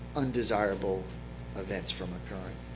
undesirable events from occurring.